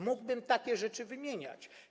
Mógłbym takie rzeczy wymieniać.